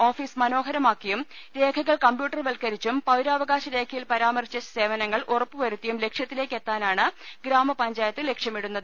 office മനോ ഹരമാക്കിയും രേഖകൾ കംപ്യൂട്ടർവത്കരിച്ചും പൌരാവകാശരേഖയിൽ പ രാമർശിച്ച സേവനങ്ങൾ ഉറപ്പുവരുത്തിയും ലക്ഷ്യത്തിലേക്ക് എത്താനാണ് ഗ്രാമപഞ്ചായത്ത് ലക്ഷ്യമിടുന്നത്